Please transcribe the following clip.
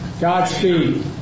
Godspeed